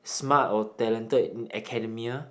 smart of talented in academia